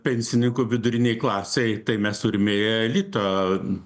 pensininkų vidurinėj klasėj tai mes turime elitą